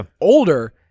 older